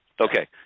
Okay